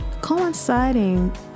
coinciding